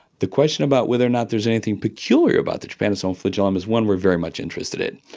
the question about whether or not there is anything peculiar about the trypanosome flagellum is one we are very much interested in.